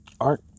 art